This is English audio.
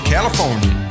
California